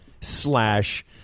slash